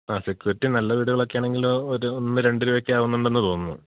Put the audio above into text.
ആ സെക്യൂരിറ്റി നല്ല വീടുകളൊക്കെ ആണെങ്കിൽ ഒരു ഒന്ന് രണ്ട് രൂപയ്ക്ക് ആകുമെന്നുണ്ടെന്ന് തോന്നുന്നു